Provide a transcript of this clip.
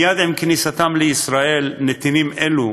מייד עם כניסתם לישראל מגיעים נתינים אלה